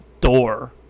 door